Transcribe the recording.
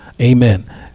amen